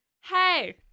Hey